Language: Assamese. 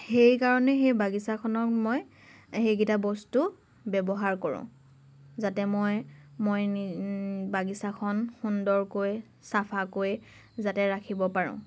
সেইকাৰণে সেই বাগিচাখনক মই সেইকেইটা বস্তু মই ব্যৱহাৰ কৰোঁ যাতে মই মই বাগিচাখন সুন্দৰকৈ চাফাকৈ যাতে ৰাখিব পাৰোঁ